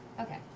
Okay